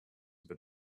but